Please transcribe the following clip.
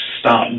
stop